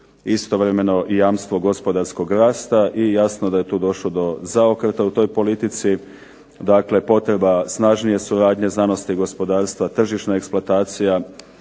istovremeno jamstvo gospodarskog rasta. I jasno da je tu došlo do zaokreta u toj politici. Dakle, potreba snažnije suradnje znanosti i gospodarstva, tržišna eksploatacija,